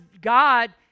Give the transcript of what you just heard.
God